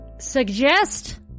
Suggest